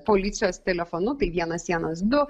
policijos telefonutai vienas vienas du